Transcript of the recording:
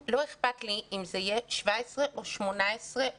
שלא אכפת לי אם אלה יהיו 17 או 18 ילדים.